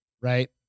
Right